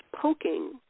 poking